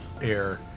air